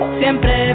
siempre